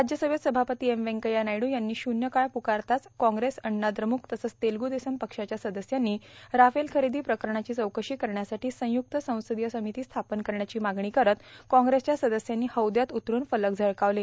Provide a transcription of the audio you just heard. राज्यसभेत सभापती एम व्यंकय्या नायडू यांनी शूल्य काळ पुकारताच काँग्रेस अण्णाद्रमुक तसंच तेलगु देसम पक्षाच्या सदस्यांनी राफेल खरेदो प्रकरणाची चौकशी करण्यासाठी संयुक्त संसर्दाय र्सामती स्थापन करण्याची मागणी करत काँग्रेसच्या सदस्यांनी हौदयात उतरुन फलक झळकावले